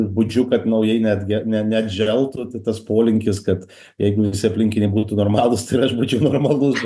budžiu kad naujai netgi ne neatželtų tai tas polinkis kad jeigu visi aplinkiniai būtų normalūs tai ir aš būčiau normalus